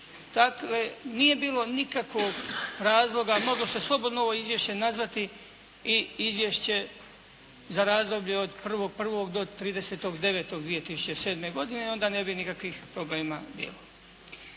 Dakle, nije bilo nikakvog razloga i moglo se slobodno ovo Izvješće nazvati i Izvješće za razdoblje od 1.1. do 30.9. 2007. godine i onda ne bi nikakvih problema bilo.